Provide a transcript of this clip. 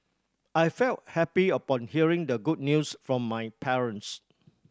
I felt happy upon hearing the good news from my parents